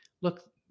look